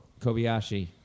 Kobayashi